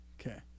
okay